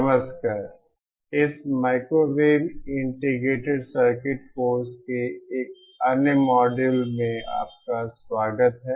नमस्कार इस microwave integrated circuit course के एक अन्य मॉड्यूल में आपका स्वागत है